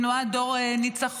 תנועת "דור ניצחון",